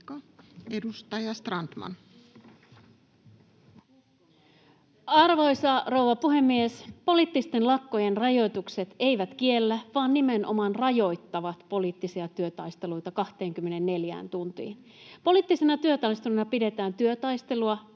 Edustaja Strandman. Arvoisa rouva puhemies! Poliittisten lakkojen rajoitukset eivät kiellä poliittisia työtaisteluita vaan nimenomaan rajoittavat ne 24 tuntiin. Poliittisena työtaisteluna pidetään työtaistelua,